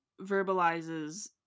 verbalizes